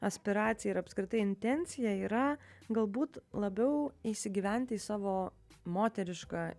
aspiracija ir apskritai intencija yra galbūt labiau įsigyventi į savo moterišką